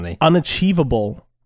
Unachievable